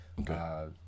Okay